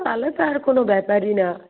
তাহলে তো আর কোনো ব্যাপারই না